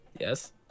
Yes